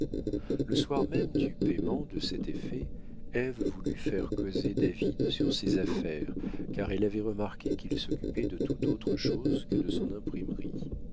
le soir même du payement de cet effet ève voulut faire causer david sur ses affaires car elle avait remarqué qu'il s'occupait de tout autre chose que de son imprimerie